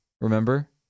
Remember